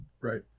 right